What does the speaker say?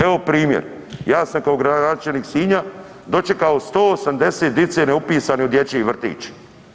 Evo primjer, ja sam kao gradonačelnik Sinja dočekao 180 dice neupisane u dječji vrtić.